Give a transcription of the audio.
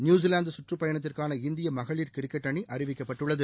New Zealand சுற்றுப்பயணத்திற்கான இந்திய மகளிர் கிரிக்கெட் அணி அறிவிக்கப்பட்டுள்ளது